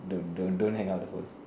don't don't don't hang up the phone